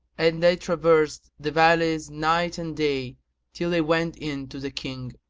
and they traversed the valleys night and day till they went in to the king,